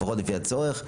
לפחות לפי הצורך,